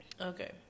Okay